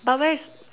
but where's